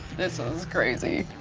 this sounds crazy.